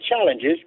challenges